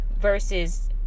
versus